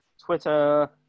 Twitter